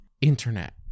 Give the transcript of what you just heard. internet